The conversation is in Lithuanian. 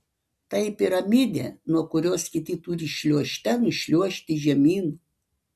tai piramidė nuo kurios kiti turi šliuožte nušliuožti žemyn